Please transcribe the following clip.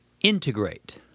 Integrate